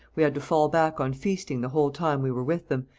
we had to fall back on feasting the whole time we were with them,